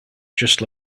just